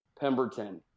Pemberton